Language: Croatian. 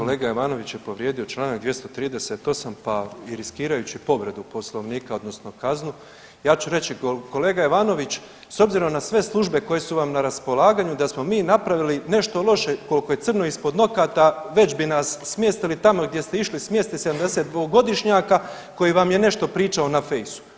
Kolega Ivanović je povrijedio čl. 238 pa i riskirajući povredu Poslovnika odnosno kaznu ja ću reći, kolega Ivanović, s obzirom na sve službe koje su vam na raspolaganju, da smo mi napravili nešto loše koliko je crno ispod nokata, već bi nas smjestili tamo gdje ste išli smjestiti 72-godišnjaka koji vam je nešto pričao na Faceu.